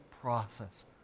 process